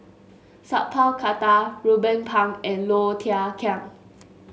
Sat Pal Khattar Ruben Pang and Low Thia Khiang